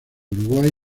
uruguay